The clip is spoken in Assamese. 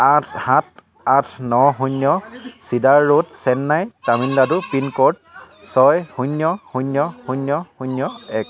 আঠ সাত আঠ ন শূন্য Cedar road Chennai Tamil Nadu pin code ছয় শূন্য শূন্য শূন্য শূন্য এক